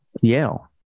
Yale